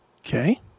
Okay